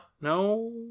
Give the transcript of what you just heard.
No